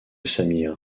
sameer